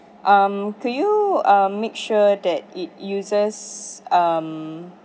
um could you um make sure that it uses um